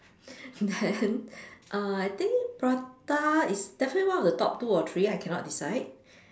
then uh I think prata is definitely one of the top two or three I cannot decide